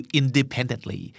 independently